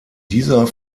dieser